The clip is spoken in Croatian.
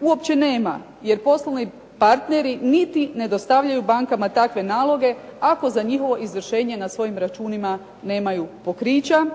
uopće nema, jer poslovni partneri niti ne dostavljaju bankama takve naloge ako za izvršenje na računima nemaju pokrića